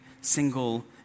single